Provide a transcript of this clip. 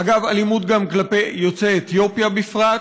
אגב, אלימות גם כלפי יוצאי אתיופיה בפרט,